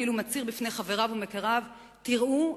כאילו מצהיר בפני חבריו ומכיריו: תראו,